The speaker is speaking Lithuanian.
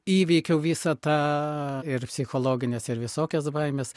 įveikiau visą tą ir psichologines ir visokias baimes